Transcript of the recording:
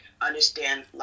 understand